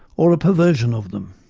or a perversion of them?